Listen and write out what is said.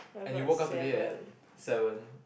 and you woke up today at seven